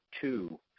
two